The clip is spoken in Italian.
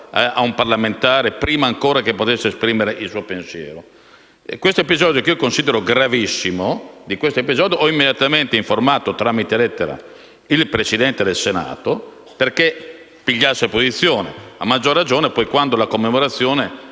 a un parlamentare prima ancora che potesse esprimere il suo pensiero. Di questo episodio, che considero gravissimo, ho immediatamente informato, tramite lettera, il Presidente del Senato perché prendesse posizione, a maggior ragione quando la commemorazione